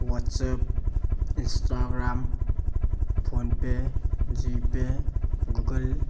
WhatsApp Instagram phone pay G pay Google